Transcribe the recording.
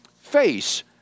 face